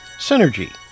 Synergy